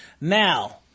Now